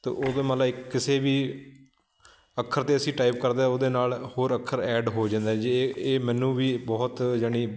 ਤਾਂ ਉਦੋਂ ਮਤਲਬ ਕਿਸੇ ਵੀ ਅੱਖਰ 'ਤੇ ਅਸੀਂ ਟਾਈਪ ਕਰਦੇ ਉਹਦੇ ਨਾਲ ਹੋਰ ਅੱਖਰ ਐਡ ਹੋ ਜਾਂਦਾ ਜੇ ਇਹ ਇਹ ਮੈਨੂੰ ਵੀ ਬਹੁਤ ਜਾਣੀ